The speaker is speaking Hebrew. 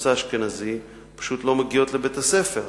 ממוצא אשכנזי פשוט לא מגיעות לבית-הספר.